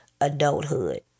adulthood